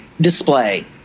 display